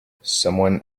someone